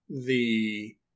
the-